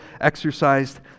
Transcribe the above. exercised